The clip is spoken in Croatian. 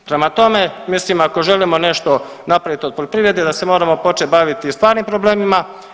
Prema tome, mislim ako želimo nešto napravit od poljoprivrede da se moramo početi baviti stvarnim problemima.